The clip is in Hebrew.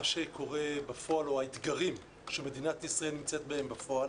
שקורה בפועל או האתגרים שמדינת ישראל נמצאת בהם בפועל,